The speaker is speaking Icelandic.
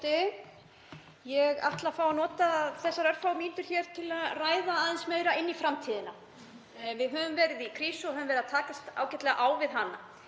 Ég ætla að fá að nota þessar örfáu mínútur hér til að ræða aðeins meira inn í framtíðina. Við höfum verið í krísu og höfum verið að takast ágætlega á við hana.